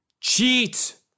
Cheat